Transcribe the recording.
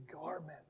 garment